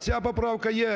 Ця поправка є